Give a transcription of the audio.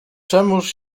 czemuż